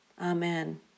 Amen